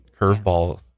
curveball